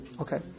okay